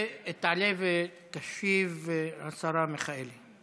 תעלה ותשיב השרה מיכאלי.